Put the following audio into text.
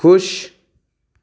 खुश